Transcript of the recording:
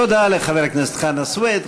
תודה לחבר הכנסת חנא סוייד.